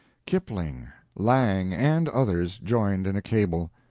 kipling, lang, and others, joined in a cable.